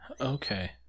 Okay